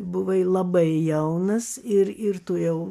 buvai labai jaunas ir ir tu jau